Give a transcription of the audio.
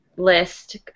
list